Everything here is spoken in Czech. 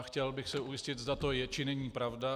Chtěl bych se ujistit, zda to je, či není pravda.